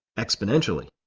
exponentially.